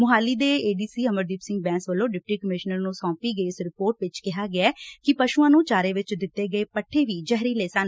ਮਹਾਲੀ ਦੇ A D C Amardeep Singh Bains ਵੱਲੋਂ deputy commissioner ਨੰ ਸੌਪੀ ਗਈ ਇਸ ਰਿਪੋਰਟ ਵਿਚ ਕਿਹਾ ਗਿਆ ਕਿ ਪਸ਼ੁਆਂ ਨੰ ਚਾਰੇ ਵਿਚ ਦਿੱਤੇ ਗਏ ਪੱਠੇ ਵੀ ਜ਼ਹਿਰੀਲੇ ਸਨ